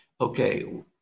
okay